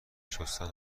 شستن